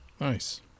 Nice